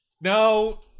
No